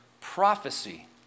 prophecy